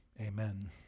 amen